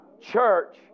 church